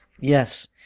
Yes